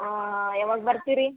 ಹಾಂ ಯಾವಾಗ ಬರ್ತೀರಿ